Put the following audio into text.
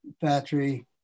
Factory